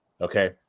okay